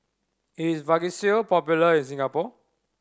is Vagisil popular in Singapore